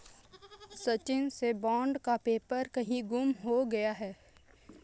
सचिन से बॉन्ड का पेपर कहीं गुम हो गया है